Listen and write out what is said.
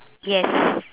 yes